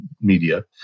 media